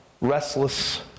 restless